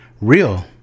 Real